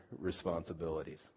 responsibilities